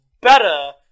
better